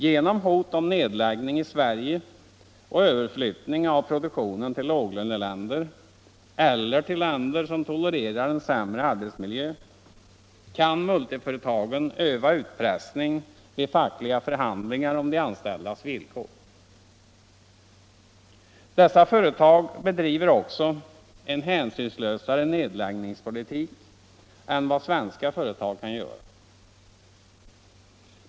Genom hot om nedläggning i Sverige och överflyttning av produktionen till låglöneländer, eller till länder som tolererar en sämre arbetsmiljö, kan multiföretagen öva utpressning vid fackliga förhandlingar om de anställdas villkor. Dessa företag bedriver också en hänsynslösare nedläggningspolitik än vad svenska företag kan göra.